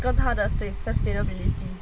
跟他的 states sustainability